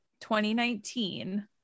2019